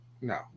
No